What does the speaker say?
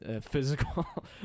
physical